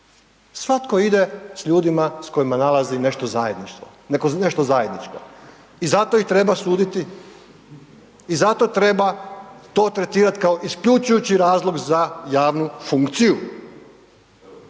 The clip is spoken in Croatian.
svatko ide s ljudima s kojima nalazi nešto zajedničko. I zato i treba suditi i zato treba to tretirati kao isključujući razlog za javnu funkciju.